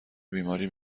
بیماری